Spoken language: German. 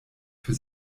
für